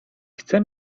chce